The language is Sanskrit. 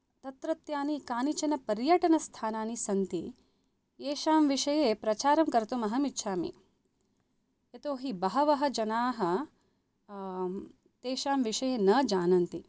तत्रत्यानि कानिचन पर्यटनस्थानानि सन्ति एषां विषये प्रचारं कर्तुम् अहम् इच्छामि यतो हि बहव जना तेषां विषये न जानन्ति